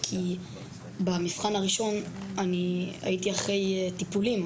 כי במבחן הראשון אני הייתי אחרי טיפולים,